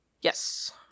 Yes